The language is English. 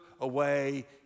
away